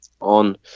on